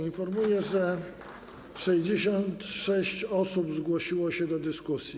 Informuję, że 66 osób zgłosiło się do dyskusji.